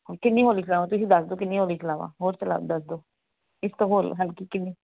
ਹੁਣ ਕਿੰਨੀ ਹੌਲੀ ਚਲਾਵਾਂ ਤੁਸੀਂ ਦੱਸ ਦਿਓ ਕਿੰਨੀ ਹੌਲੀ ਚਲਾਵਾਂ ਹੋਰ ਚਲਾ ਦੱਸ ਦਿਓ ਇਸ ਤੋਂ ਹੋਰ ਹਲਕੀ ਕਿੰਨੀ